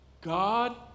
God